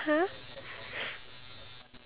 (uh huh) in italy